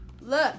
Look